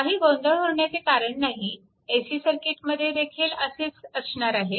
काही गोंधळ होण्याचे कारण नाही AC सर्किटमध्ये देखील ह्यासारखेच असणार आहे